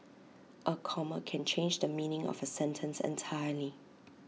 A comma can change the meaning of A sentence entirely